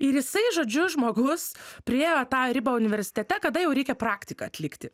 ir jisai žodžiu žmogus priėjo tą ribą universitete kada jau reikia praktiką atlikti